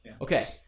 okay